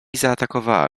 zaatakowała